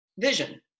vision